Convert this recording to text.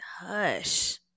hush